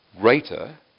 greater